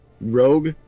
Rogue